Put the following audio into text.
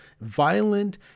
violent